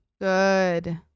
good